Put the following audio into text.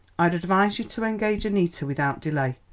i'd advise you to engage annita without delay.